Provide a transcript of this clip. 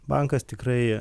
bankas tikrai